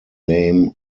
name